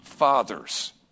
fathers